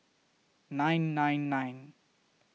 nine nine nine